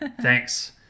thanks